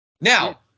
Now